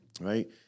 right